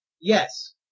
Yes